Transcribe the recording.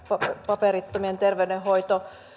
paperittomien terveydenhoito